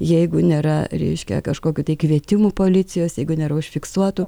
jeigu nėra reiškia kažkokių tai kvietimų policijos jeigu nėra užfiksuotų